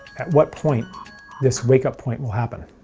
at what point this wake up point will happen.